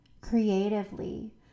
creatively